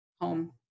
Home